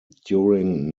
during